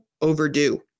overdue